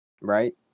right